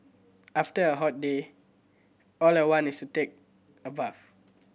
after a hot day all I want is to take a bath